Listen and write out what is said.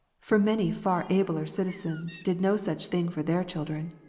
for many far abler citizens did no such thing for their children.